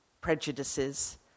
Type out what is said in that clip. prejudices